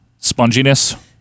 sponginess